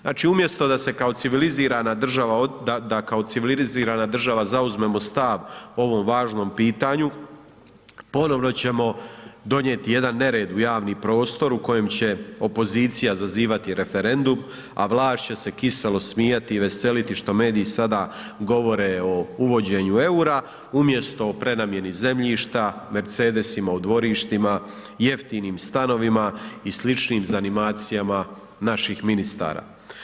Znači umjesto da kao civilizirana država zauzmemo stav o ovom važnom pitanju, ponovno ćemo donijeti jedan nered u javni prostor u kojem će opozicija zazivati referendum a vlast će se kiselo smijati i veseliti što mediji sada govore o uvođenju eura umjesto o prenamjeni zemljišta, Mercedesima u dvorištima, jeftinim stanovima i sličnim zanimacijama naših ministara.